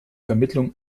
vermittlung